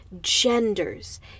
genders